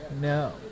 No